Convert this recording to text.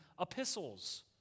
epistles